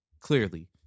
Clearly